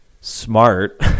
smart